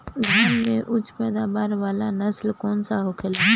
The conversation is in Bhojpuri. धान में उच्च पैदावार वाला नस्ल कौन सा होखेला?